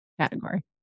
category